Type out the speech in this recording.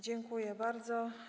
Dziękuję bardzo.